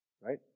right